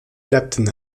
clapton